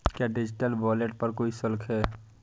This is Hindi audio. क्या डिजिटल वॉलेट पर कोई शुल्क है?